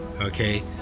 okay